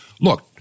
Look